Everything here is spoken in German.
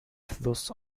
fluss